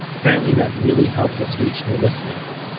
apparently, that really helps us reach new listeners.